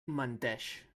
menteix